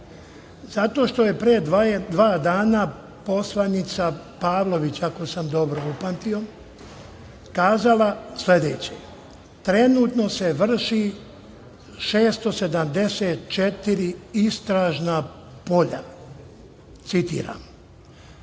Zato što je pre dva dana poslanica Pavlović, ako sam dobro upamtio, kazala sledeće: Trenutno se vrši 674 istražna polja.Međutim,